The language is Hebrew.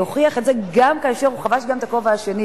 הוא הוכיח את זה גם כאשר הוא חבש גם את הכובע השני,